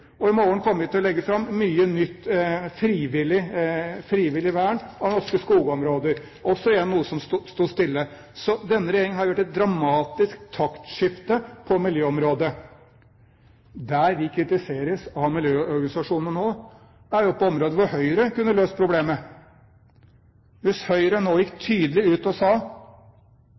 I morgen kommer vi til å legge fram mye nytt frivillig vern av norske skogområder, også noe som har stått stille. Så denne regjeringen har gjort et dramatisk taktskifte på miljøområdet. Der vi kritiseres av miljøorganisasjonene nå, er jo på områder hvor Høyre kunne løst problemet. Hvis Høyre nå gikk tydelig ut og sa